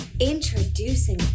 introducing